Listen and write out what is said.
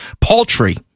paltry